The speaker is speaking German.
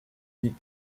die